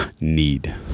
need